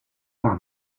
par